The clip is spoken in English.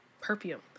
perfume